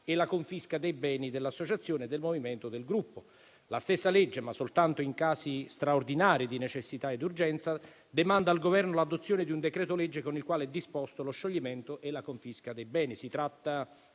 e la confisca dei beni dell'associazione, del movimento o del gruppo. La stessa legge, ma soltanto in casi straordinari di necessità ed urgenza, demanda al Governo l'adozione di un decreto-legge con il quale sono disposti lo scioglimento e la confisca dei beni. Si tratta